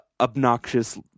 obnoxious